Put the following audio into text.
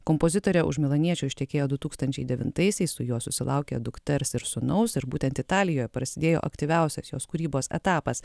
kompozitorė už milaniečio ištekėjo du tūkstančiai devintaisiais su juo susilaukė dukters ir sūnaus ir būtent italijoje prasidėjo aktyviausias jos kūrybos etapas